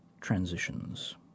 Transitions